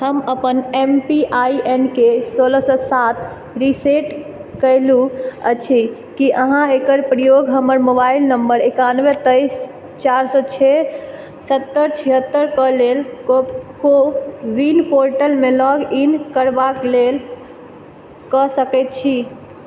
हम अपन एमपीआइएनके सोलह सओ सात रिसेट केलहुँ अछि की अहाँ एकर प्रयोग हमर मोबाइल नम्बर एकानबे तेइस चारि सओ छओ सत्तरि छिहत्तरके लेल कोविन पोर्टलमे लॉग इन करबाक लेल कऽ सकै छी